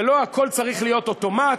זה לא הכול צריך להיות אוטומט.